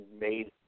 made